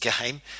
game